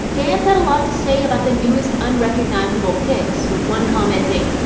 fans had a lot to say about the newest unrecognizable pics, with one commenting,